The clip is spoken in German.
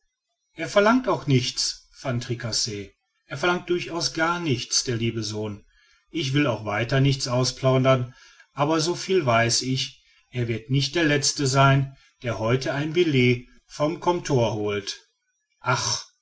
er verlangt auch nichts van tricasse er verlangt durchaus gar nichts der liebe sohn ich will auch weiter nichts ausplaudern aber so viel weiß ich er wird nicht der letzte sein der heute sein billet vom comptoir holt ach